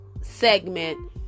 segment